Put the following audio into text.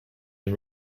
and